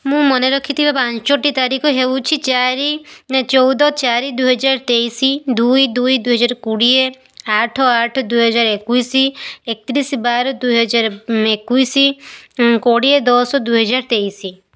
ମୁଁ ମନେ ରଖିଥିବା ପାଞ୍ଚଟି ତାରିଖ ହେଉଛି ଚାରି ନା ଚଉଦ ଚାରି ଦୁଇ ହଜାର ତେଇଶି ଦୁଇ ଦୁଇ ଦୁଇ ହଜାର କୋଡ଼ିଏ ଆଠ ଆଠ ଦୁଇ ହଜାର ଏକୋଇଶି ଏକତିରିଶ ବାର ଦୁଇ ହଜାର ଏକୋଇଶି କୋଡ଼ିଏ ଦଶ ଦୁଇ ହଜାର ତେଇଶି